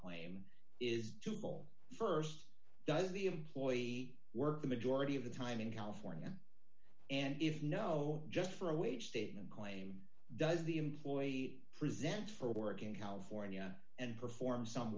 claim is jubal st does the employee work the majority of the time in california and if no just for a wage state and claim does the employee present for working california and perform some